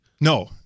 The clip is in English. No